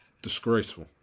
Disgraceful